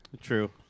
True